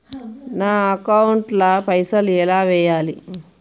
నా అకౌంట్ ల పైసల్ ఎలా వేయాలి?